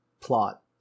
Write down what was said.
plot